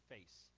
Face